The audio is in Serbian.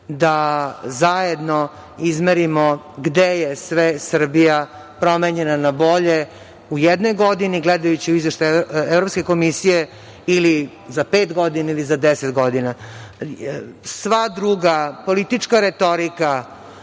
da zajedno izmerimo gde je sve Srbija promenjena na bolje u jednoj godini, gledajući izveštaj Evropske komisije, ili za pet godina ili za 10 godina. Sva druga politička retorika,